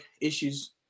issues